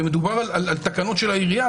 מדובר על תקנות של העירייה,